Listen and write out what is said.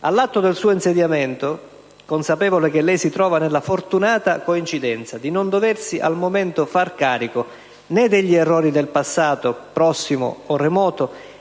all'atto del suo insediamento, consapevole che lei si trova nella fortunata coincidenza di non doversi, al momento, far carico né degli errori del passato, prossimo o remoto,